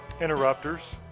Interrupters